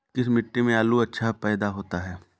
किस मिट्टी में आलू अच्छा पैदा होता है?